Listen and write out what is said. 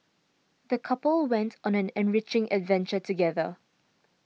the couple went on an enriching adventure together